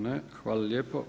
Ne. hvala lijepo.